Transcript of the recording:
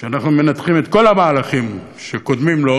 שאנחנו מנתחים את כל המהלכים שקודמים לו,